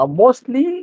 mostly